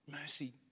mercy